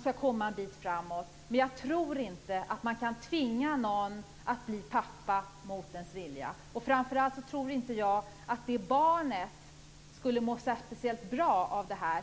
skall komma en bit framåt. Men jag tror inte att man kan tvinga någon att bli pappa mot hans vilja. Framför allt tror inte jag att det barnet skulle må särskilt bra av det här.